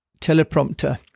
teleprompter